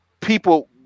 people